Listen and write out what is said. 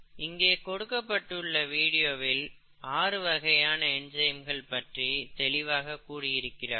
இங்கே கொடுக்கப்பட்டுள்ள வீடியோவில் ஆறுவகையான என்சைம்கள் பற்றி தெளிவாக கூறியிருக்கிறார்கள்